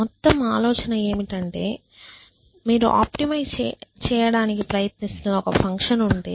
మొత్తం ఆలోచన ఏమిటంటే మీరు ఆప్టిమైజ్ చేయడానికి ప్రయత్నిస్తున్న ఒక ఫంక్షన్ ఉంటే